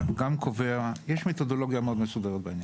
--- יש מתודולוגיה מאוד מסודרת בעניין הזה.